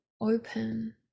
open